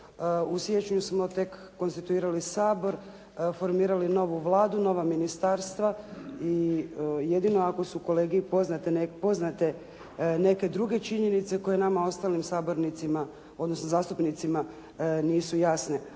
u siječnju smo tek konstituirali Sabor, formirali novu Vladu, nova ministarstva, jedino ako su kolegi poznate neke druge činjenice koje nama ostalim sabornicima, odnosno